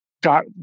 got